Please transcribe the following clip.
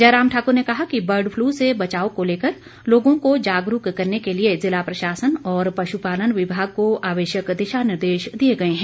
जयराम ठाकुर ने कहा कि बर्ड फ्लू से बचाव को लेकर लोगों को जागरूक करने के लिए ज़िला प्रशासन और पशुपालन विभाग को आवश्यक दिशा निर्देश दिए गए हैं